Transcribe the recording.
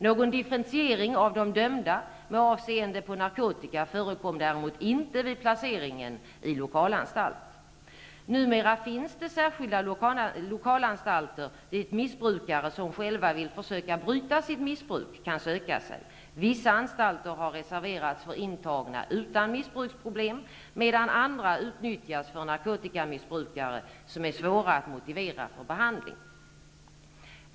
Någon differentiering av de dömda med avseende på narkotika förekom däremot inte vid placeringen i lokalanstalt. Numera finns det särskilda lokalanstalter dit missbrukare som själva vill försöka bryta sitt missbruk kan söka sig. Vissa anstalter har reserverats för intagna utan missbruksproblem medan andra utnyttjas för narkotikamissbrukare som är svåra att motivera för behandling.